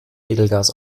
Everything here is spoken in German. edelgas